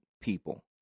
people